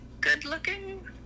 good-looking